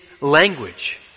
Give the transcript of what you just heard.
language